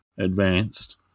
advanced